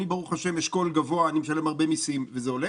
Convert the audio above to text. אני ברוך השם באשכול גבוה ומשלם הרבה מיסים וזה הולך.